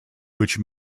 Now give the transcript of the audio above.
which